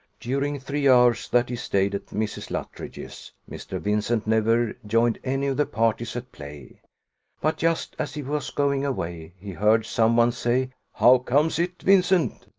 during three hours that he stayed at mrs. luttridge's, mr. vincent never joined any of the parties at play but, just as he was going away, he heard some one say how comes it, vincent,